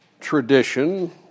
tradition